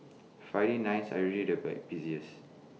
Friday nights are usually the bay busiest